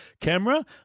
camera